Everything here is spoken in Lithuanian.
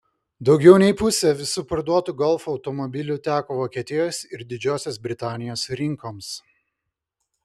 daugiau nei pusė visų parduotų golf automobilių teko vokietijos ir didžiosios britanijos rinkoms